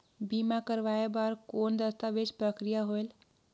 बीमा करवाय बार कौन दस्तावेज प्रक्रिया होएल?